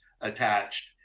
attached